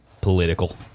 political